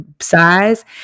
size